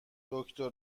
دکتر